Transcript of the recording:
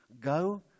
Go